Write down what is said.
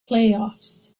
playoffs